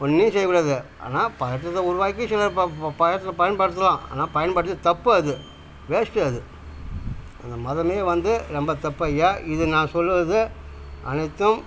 ஒன்றையும் செய்யக்கூடாது ஆனால் பதட்டத்தை உருவாக்கி சிலர் பயத்தில் பயன்படுத்தலாம் ஆனால் பயன்படுத்தி தப்பு அது வேஸ்ட்டு அது அந்த மதமே வந்து ரொம்ப தப்பை இது நான் சொல்லுவது அனைத்தும்